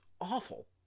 awful